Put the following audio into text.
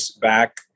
back